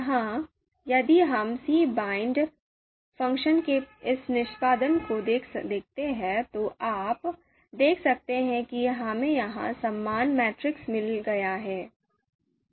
यहाँ यदि हम cbind फ़ंक्शन के इस निष्पादन को देखते हैं तो आप देख सकते हैं कि हमें यहाँ समान मैट्रिक्स मिल गया है